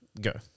Go